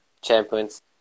champions